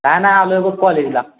काही नाही आलो आहे बघ कॉलेजला